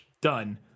Done